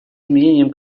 изменением